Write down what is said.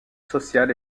social